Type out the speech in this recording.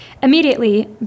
Immediately